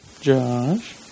Josh